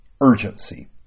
urgency